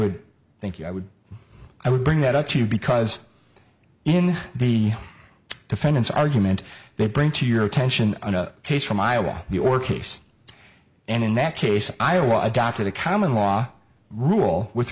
would thank you i would i would bring that up to you because in the defendant's argument they bring to your attention on a case from iowa your case and in that case iowa adopted a common law rule with